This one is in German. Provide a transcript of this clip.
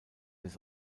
des